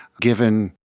given